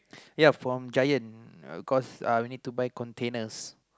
ya from Giant uh cause uh we need to buy containers